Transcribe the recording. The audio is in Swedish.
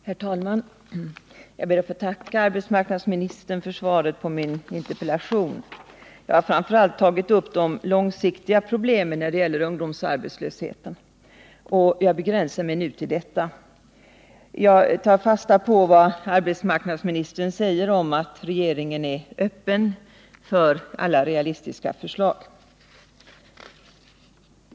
Herr talman! Jag ber att få tacka arbetsmarknadsministern för svaret på min interpellation. Jag har framför allt tagit upp de långsiktiga problemen när det gäller ungdomsarbetslösheten, och jag begränsar mig nu till dessa. Jag tar fasta på vad arbetsmarknadsministern sade om att regeringen är öppen för alla realistiska förslag.